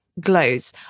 glows